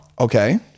Okay